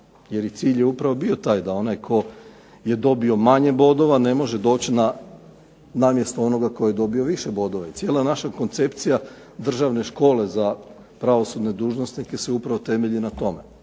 jer i cilj je upravo bio taj da onaj tko je dobio manje bodova ne može doći na mjesto onoga tko je dobio više bodova. I cijela naša koncepcija Državne škole za pravosudne dužnosnike se upravo temelji na tome.